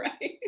right